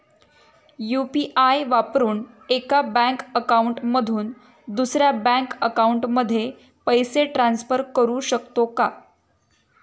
UPI वापरून एका bank account मधून दुसऱ्या बँक अकाउंटमध्ये पैसे ट्रान्सफर करू शकतो का?